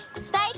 Stay